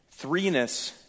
threeness